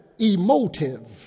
emotive